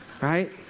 right